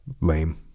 Lame